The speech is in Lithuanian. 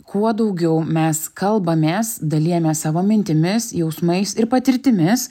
kuo daugiau mes kalbamės dalijamės savo mintimis jausmais ir patirtimis